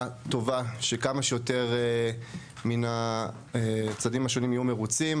טובה כדי שכמה שיותר מהצדדים השונים יהיו מרוצים,